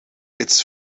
its